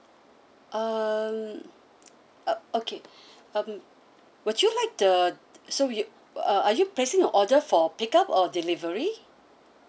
um uh okay um would you like the so you uh are you placing a order for pick up or delivery